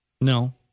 No